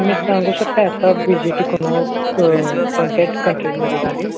तुम्ही सांगू शकता आता बी जे टी कोणा कोणत्या कंट्रीजमध्ये झाली